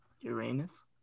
Uranus